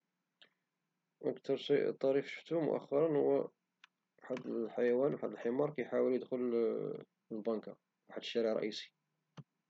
اكثر شيء طريف شتو مأخرا هو واحد الحيوان واحد الحمار كيحاول ادخل للبنكة فواحد الشارع رئيسي